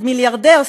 מיליארדר,